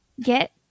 get